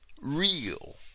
real